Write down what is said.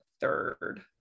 third